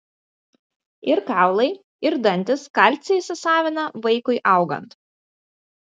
ir kaulai ir dantys kalcį įsisavina vaikui augant